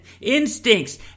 Instincts